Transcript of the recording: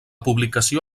publicació